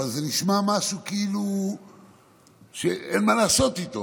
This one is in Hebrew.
אבל זה נשמע משהו שכאילו אין מה לעשות איתו.